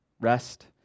rest